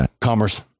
commerce